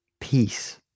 peace